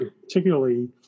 particularly